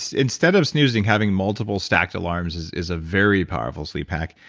instead of snoozing, having multiple stacked alarms is is a very powerful sleep hack.